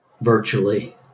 virtually